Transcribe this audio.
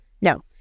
no